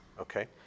Okay